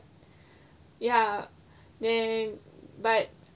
ya then but